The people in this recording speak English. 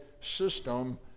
system